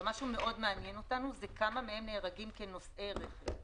מה שמאוד מעניין אותנו זה כמה מהם נהרגים כנוסעי רכב.